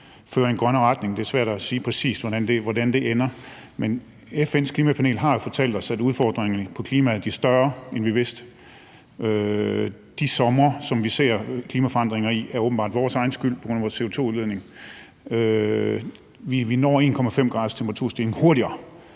fører i en grønnere retning. Det er svært at sige, præcis hvordan det ender. Men FN’s klimapanel har fortalt os, at udfordringen på klimaet bliver større, end vi vidste. De somre, som vi ser klimaforandringer i, er åbenbart vores egen skyld pga. vores CO2-udledning. Vi når en temperaturstigning på